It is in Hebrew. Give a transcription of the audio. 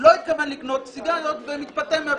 ולא התכוון לקנות סיגריות, ומתפתה.